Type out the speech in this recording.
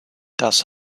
das